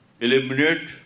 eliminate